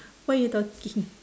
what you talking